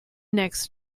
next